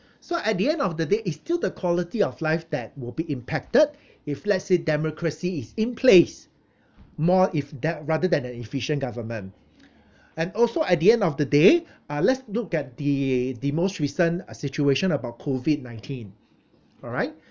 so at the end of the day it's still the quality of life that will be impacted if let's say democracy is in place more if that rather than an efficient government and also at the end of the day uh let's look at the the most recent uh situation about COVID nineteen alright